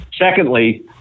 Secondly